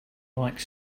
like